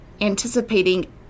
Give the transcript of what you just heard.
anticipating